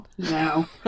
no